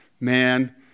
man